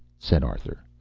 said arthur.